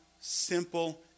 simple